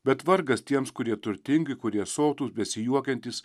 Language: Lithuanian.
bet vargas tiems kurie turtingi kurie sotūs besijuokiantys